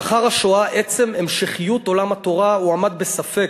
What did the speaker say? לאחר השואה עצם המשכיות עולם התורה הועמד בספק,